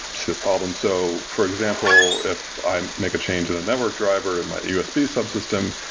the problems. so for example, if i make a change in a network driver, in my usb subsystem,